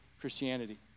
Christianity